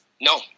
No